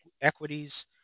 equities